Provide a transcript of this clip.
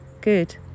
Good